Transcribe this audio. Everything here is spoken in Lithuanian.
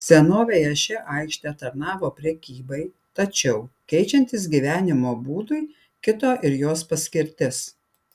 senovėje ši aikštė tarnavo prekybai tačiau keičiantis gyvenimo būdui kito ir jos paskirtis